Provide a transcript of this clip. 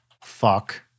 Fuck